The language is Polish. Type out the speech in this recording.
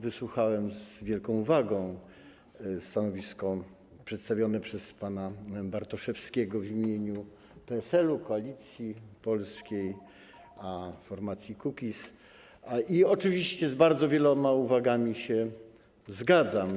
Wysłuchałem z wielką uwagą stanowiska przedstawionego przez pana Bartoszewskiego w imieniu PSL-u, Koalicji Polskiej, formacji Kukiz i oczywiście z bardzo wieloma uwagami się zgadzam.